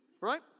Right